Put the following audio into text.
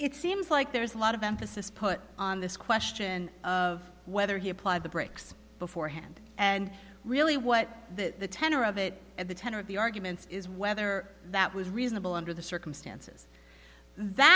it seems like there's a lot of emphasis put on this question of whether he applied the brakes beforehand and really what the tenor of it at the tenor of the arguments is whether that was reasonable under the circumstances that